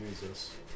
Jesus